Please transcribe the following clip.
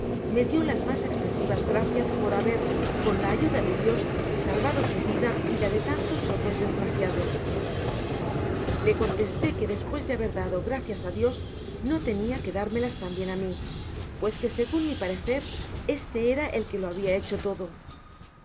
me dio las mas espresivas graeias por haber con la ayuda de dios salvado su vida y laido tantos otros desgraciados le contesté que despues de haber dado gracias á dios no tenia que dármelas tambien á mi pues que segun mi parecer este era el que lo habia hecho tcdo con